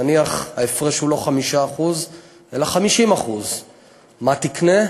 נניח ההפרש הוא לא 5% אלא 50%. מה תקנה?